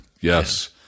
Yes